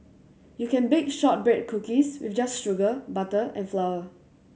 you can bake shortbread cookies with just sugar butter and flour